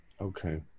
okay